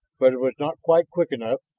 but it was not quite quick enough,